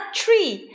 tree